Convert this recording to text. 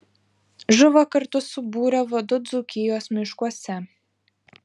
žuvo kartu su būrio vadu dzūkijos miškuose